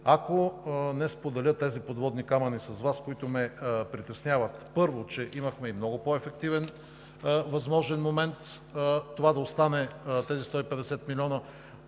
ако не споделя тези подводни камъни с Вас, които ме притесняват. Първо, имахме и много по-ефективен възможен момент – тези 150 милиона